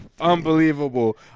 Unbelievable